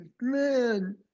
man